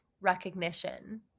recognition